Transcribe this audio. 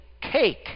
cake